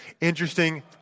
Interesting